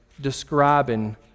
describing